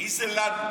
מי זה "לנו"?